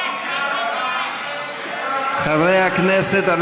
חברי הכנסת,